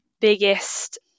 Biggest